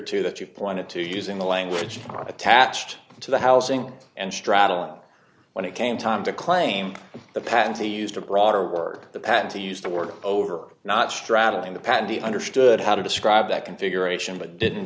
two that you pointed to using the language attached to the housing and straddle and when it came time to claim the patent he used a broader word the patent to use the word over not stratifying the patentee understood how to describe that configuration but didn't